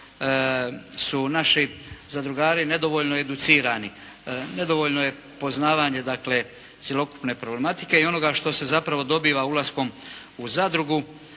su naši zadrugari nedovoljno educirani. Nedovoljno je poznavanje cijele problematike i onoga što se zapravo dobiva ulaskom u zadrugu.